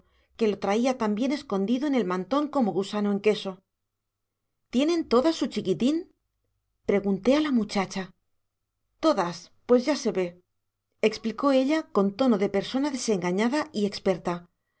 que lo traía también escondido en el mantón como gusano en queso tienen todas su chiquitín pregunté a la muchacha todas pues ya se ve explicó ella con tono de persona desengañada y experta